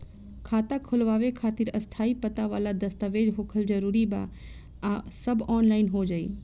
खाता खोलवावे खातिर स्थायी पता वाला दस्तावेज़ होखल जरूरी बा आ सब ऑनलाइन हो जाई?